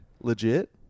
legit